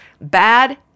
bad